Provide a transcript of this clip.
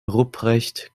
ruprecht